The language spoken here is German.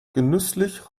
genüsslich